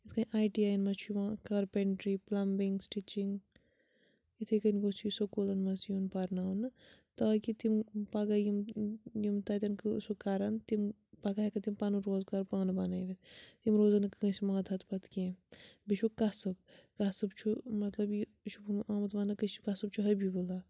یِتھ کٔنۍ I T I یَن منٛز چھُ یِوان کارپٮ۪نٛٹِرٛی پٕلَمبِنٛگ سٕٹِچِنٛگ یِتھَے کٔنۍ گوٚژھ یہِ سکوٗلَن منٛز تہِ یُن پَرناونہٕ تاکہِ تِم پَگاہ یِم یِم تَتٮ۪ن سُہ کَرَن تِم پَگاہ ہٮ۪کَن تِم پَنُن روزگار پانہٕ بَنٲوِتھ تِم روزَن نہٕ کٲنٛسہِ ماہتہَتھ پَتہٕ کیٚنٛہہ بیٚیہِ چھُکھ کَسٕب کَسٕب چھُ مطلب یہِ چھُ آمُت وَنٛنہٕ کَسٕب چھُ حبیٖب اللہ